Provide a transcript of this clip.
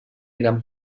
gran